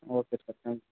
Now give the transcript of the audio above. okay thank you